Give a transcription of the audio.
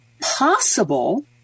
possible